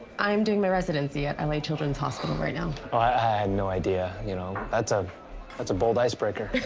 i'm doing my residency at l a. children's hospital right now. oh, i i had no idea. you know, that's a that's a bold icebreaker.